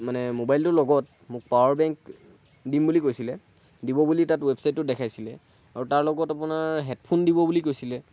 মানে মোবাইলটোৰ লগত মোক পাৱাৰ বেংক দিম বুলি কৈছিলে দিব বুলি তাত ৱেবছাইটত দেখাইছিলে আৰু তাৰ লগত আপোনাৰ হেডফোন দিব বুলি কৈছিলে